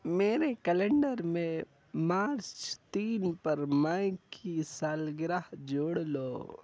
میرے کیلنڈر میں مارچ تین پر مائیک کی سالگرہ جوڑ لو